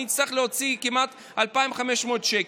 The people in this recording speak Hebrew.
אני אצטרך להוציא כמעט 2,500 שקל,